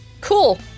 cool